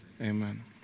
Amen